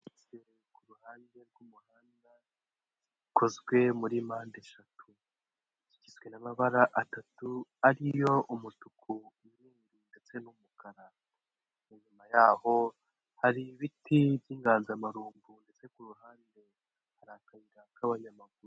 Kuruhande rw'umuhanda ikozwe muri mpande eshatu zigizwe n'amabara atatu ariyo umutuku, umweru, ndetse n'umukara inyuma yaho hari ibiti by'inganzamarumbu ndetse ku ruhande hari akayira k'abanyamaguru.